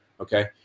okay